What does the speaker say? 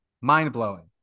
Mind-blowing